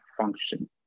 function